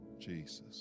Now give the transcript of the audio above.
Jesus